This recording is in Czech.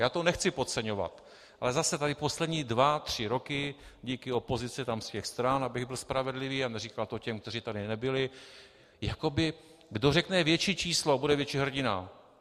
Já to nechci podceňovat, ale zase tady poslední dva tři roky díky opozici tam z těch stran , abych byl spravedlivý a neříkal to těm, kteří tady nebyli, jakoby kdo řekne větší číslo, bude větší hrdina.